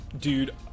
Dude